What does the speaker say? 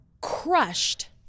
crushed